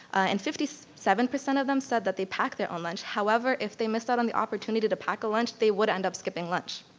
and fifty seven percent of them said that they pack their own lunch, however, if they missed out on the opportunity to to pack a lunch, they would end up skipping lunch.